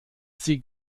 sie